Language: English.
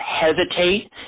hesitate